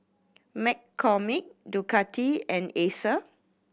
McCormick Ducati and Acer